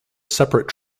separate